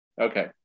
Okay